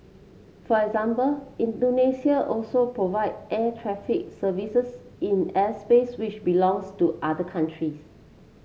for example Indonesia also provide air traffic services in airspace which belongs to other countries